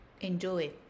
Enjoy